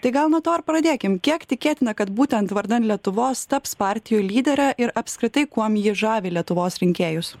tai gal nuo to ir pradėkim kiek tikėtina kad būtent vardan lietuvos taps partijų lydere ir apskritai kuom ji žavi lietuvos rinkėjus